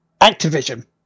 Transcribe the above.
Activision